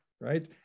right